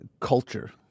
culture